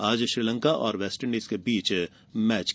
आज श्रीलंका और वेस्टइंडीज के बीच मैच होगा